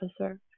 officer